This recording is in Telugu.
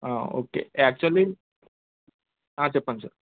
ఓకే యాక్చువల్లీ చెప్పండి సార్